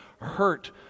hurt